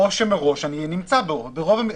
או שמראש אני נמצא בו.